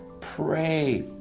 pray